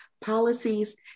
policies